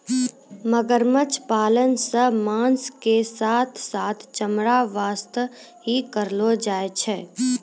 मगरमच्छ पालन सॅ मांस के साथॅ साथॅ चमड़ा वास्तॅ ही करलो जाय छै